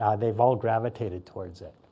they've all gravitated towards it.